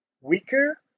weaker